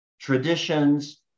traditions